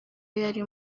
yari